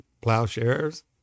plowshares